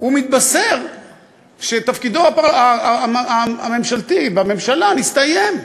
הוא מתבשר שתפקידו הממשלתי, בממשלה, נסתיים,